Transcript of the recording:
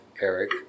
Eric